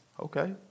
Okay